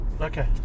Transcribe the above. Okay